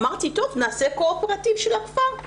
אמרתי: טוב, נעשה קואופרטיב של הכפר.